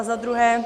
A za druhé.